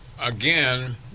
Again